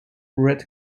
red